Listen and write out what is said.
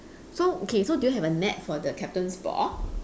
so okay so do you have a net for the captain's ball